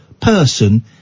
person